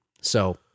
So-